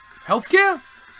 Healthcare